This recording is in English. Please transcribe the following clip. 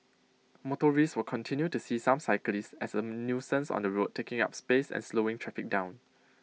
motorists will continue to see some cyclists as A nuisance on the road taking up space and slowing traffic down